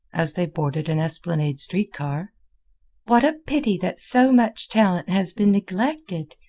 as they boarded an esplanade street car what a pity that so much talent has been neglected!